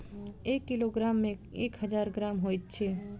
एक किलोग्राम मे एक हजार ग्राम होइत अछि